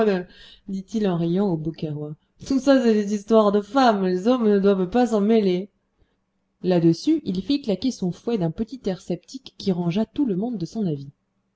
dit-il en riant aux beaucairois tout ça c'est des histoires de femmes les hommes ne doivent pas s'en mêler là-dessus il fit claquer son fouet d'un petit air sceptique qui rangea tout le monde de son avis